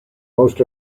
most